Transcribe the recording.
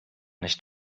nicht